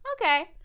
okay